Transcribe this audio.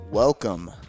Welcome